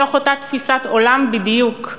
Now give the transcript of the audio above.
מתוך אותה תפיסת עולם בדיוק,